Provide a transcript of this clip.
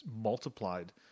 multiplied